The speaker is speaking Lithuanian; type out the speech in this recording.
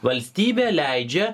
valstybė leidžia